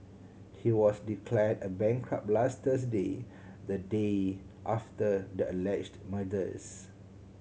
he was declared a bankrupt last Thursday the day after the alleged murders